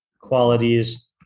qualities